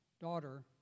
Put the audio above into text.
daughter